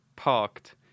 parked